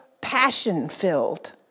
passion-filled